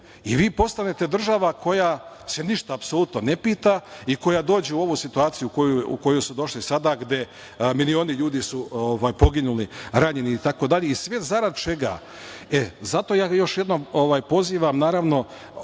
a vi postane država koja se ništa apsolutno ne pita i koja dođe u ovu situaciju u koju su došli sada, gde milioni ljudi su poginuli, ranjeni, itd, a sve zarad čega? Zato ja još jednom pozivam, nadam